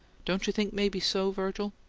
don't you think maybe so, virgil?